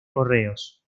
correos